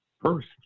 first